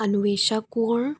আনৱে্যা Konwar